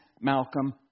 Malcolm